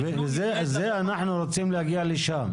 אנחנו רוצים להגיע לשם.